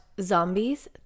Zombies